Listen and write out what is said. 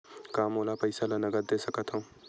का मोला पईसा ला नगद दे सकत हव?